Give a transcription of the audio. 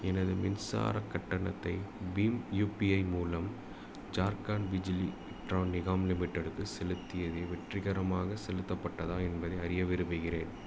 எனது மின்சாரக் கட்டணத்தை பீம் யுபிஐ மூலம் ஜார்க்கண்ட் பிஜ்லி விட்ரன் நிகாம் லிமிட்டெடுக்கு செலுத்தியது வெற்றிகரமாக செலுத்தப்பட்டதா என்பதை அறிய விரும்புகின்றேன்